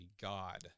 God